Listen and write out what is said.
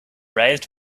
raised